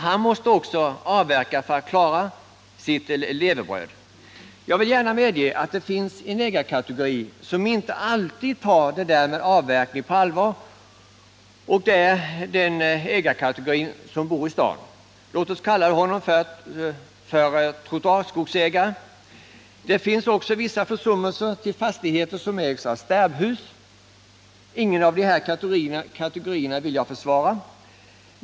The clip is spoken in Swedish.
Han måste också avverka för att klara sitt levebröd. Jag vill gärna medge att det finns en ägarekategori som inte alltid tar det där med avverkning på allvar, och det är de skogsägare som bor i stan. Låt oss kalla dem trottoarskogsägare. Det sker också vissa försummelser på fastigheter som ägs av sterbhus. Ingen av de här kategorierna vill jag försvara då de missköter sina fastigheter.